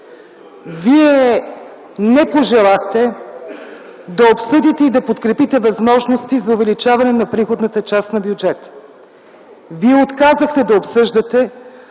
Вие не пожелахте да обсъдите и да подкрепите възможности за увеличаване на приходната част на бюджета. Вие отказахте да обсъждате